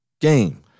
game